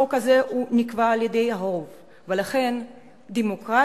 החוק הזה נקבע על-ידי הרוב, לכן הדמוקרטיה